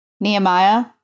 Nehemiah